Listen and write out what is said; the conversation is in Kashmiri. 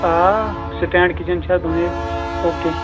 آ سِٹینٛڈ کِچن چھِ اَتھ بَنٲوِتھ او کے